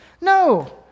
No